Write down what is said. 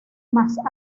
más